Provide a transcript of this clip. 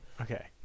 Okay